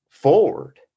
Forward